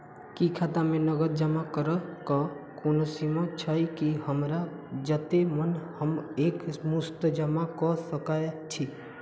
की खाता मे नगद जमा करऽ कऽ कोनो सीमा छई, की हमरा जत्ते मन हम एक मुस्त जमा कऽ सकय छी?